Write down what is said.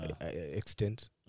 extent